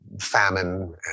famine